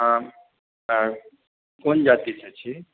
हँ हँ कोन जातिसँ छी